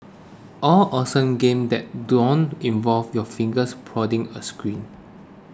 all awesome games that don't involve your fingers prodding a screen